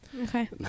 Okay